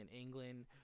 England